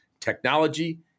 technology